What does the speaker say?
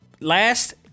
Last